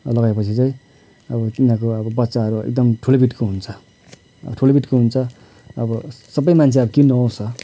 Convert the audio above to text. लगाएपछि चाहिँ अब तिनीहरूको अब बच्चाहरू एकदम ठुलो ब्रिडको हुन्छ ठुलो ब्रिडको हुन्छ अब सबै मान्छे अब किन्नुआउँछ